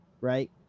right